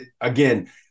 Again